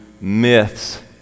myths